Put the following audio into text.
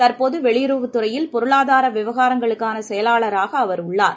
தற்போது வெளியுறவுத் துறையில் பொருளாதார விவகாரங்களுக்கான செயலாளராக அவர் உள்ளார்